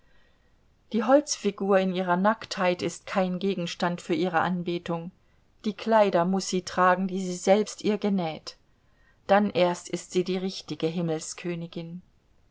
die holzfigur in ihrer nacktheit ist kein gegenstand für ihre anbetung die kleider muß sie tragen die sie selbst ihr genäht dann erst ist sie die richtige